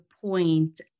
point